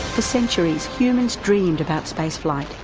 ah centuries, humans dreamed about space flight,